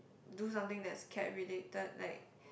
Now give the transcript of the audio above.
do something that's care related like